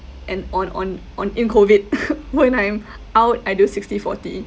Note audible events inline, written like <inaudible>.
and on on on in COVID <laughs> when I'm out I do sixty forty